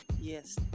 Yes